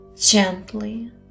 gently